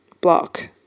block